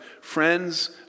friends